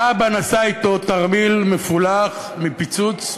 האבא נשא אתו תרמיל מפולח מפיצוץ.